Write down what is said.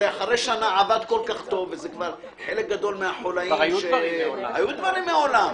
היו דברים מעולם.